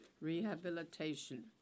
rehabilitation